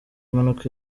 mpanuka